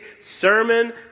sermon